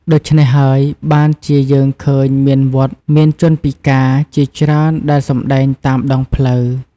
ហេតុដូច្នេះហើយ បានជាយើងឃើញមានវត្តមាន ជនពិការ ជាច្រើនដែលសម្ដែងតាមដងផ្លូវ។